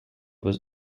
was